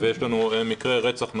ויש לנו מקרה רצח נוסף.